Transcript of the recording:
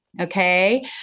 okay